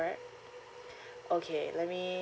correct okay let me